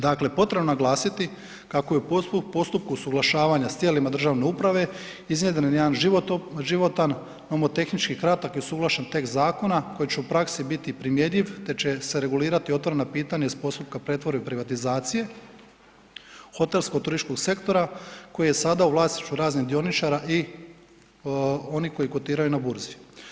Dakle, potrebno je naglasiti kako je u postupku usuglašavanja s tijelima državne uprave iznjedren jedan životan, nomotehnički kratak i usuglašen tekst zakona koji će u praksi biti primjenjiv te će se regulirati otvorena pitanja iz postupka pretvorbe i privatizacije hotelsko-turističkog sektora koji je sada u vlasništvu raznih dioničara i onih koji kotiraju na Burzi.